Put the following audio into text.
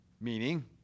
Meaning